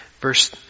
Verse